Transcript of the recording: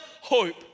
hope